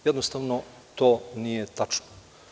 Jednostavno, to nije tačno.